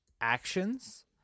actions